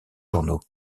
journaux